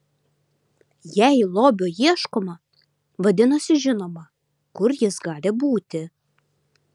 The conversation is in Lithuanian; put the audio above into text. jei lobio ieškoma vadinasi žinoma kur jis gali būti